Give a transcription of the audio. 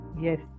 yes